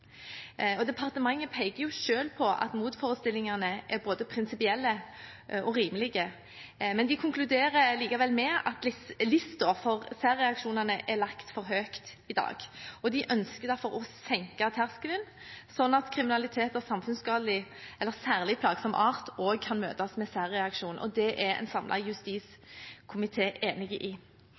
Departementet peker selv på at motforestillingene er både prinsipielle og rimelige, men det konkluderer likevel med at lista for særreaksjoner er lagt for høyt i dag, og det ønsker derfor å senke terskelen slik at kriminalitet av samfunnsskadelig eller særlig plagsom art også kan møtes med særreaksjoner. Det er en samlet justiskomité enig i.